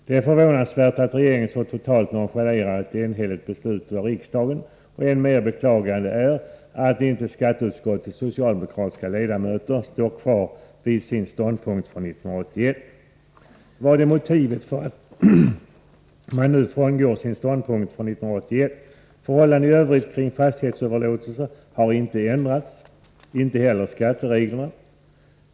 Det är förvånansvärt att regeringen så totalt nonchalerar ett enhälligt beslut av riksdagen. Och än mer beklagligt är det att skatteutskottets socialdemokratiska ledamöter inte står kvar vid sin ståndpunkt från 1981. Vad är motivet för att man nu frångår sin ståndpunkt från 1981? Förhållandena i övrigt vid fastighetsöverlåtelser har inte ändrats, inte heller skattereglerna.